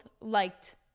liked